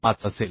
25 असेल